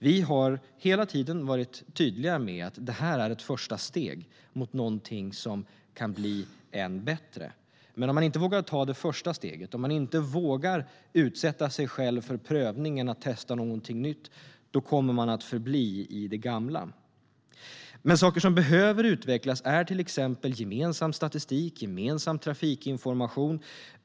Vi har hela tiden varit tydliga med att det här är ett första steg mot någonting som kan bli än bättre. Men om man inte vågar ta det första steget, om man inte vågar utsätta sig för prövningen att testa någonting nytt, kommer man att förbli i det gamla. Saker som behöver utvecklas är till exempel gemensam statistik och gemensam trafikinformation.